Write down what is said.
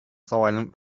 silent